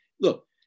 Look